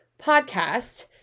podcast